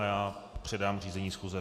Já předám řízení schůze.